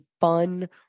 fun